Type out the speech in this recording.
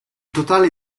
totale